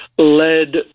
led